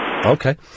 Okay